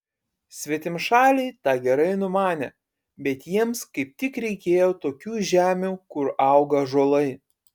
svetimšaliai tą gerai numanė bet jiems kaip tik reikėjo tokių žemių kur auga ąžuolai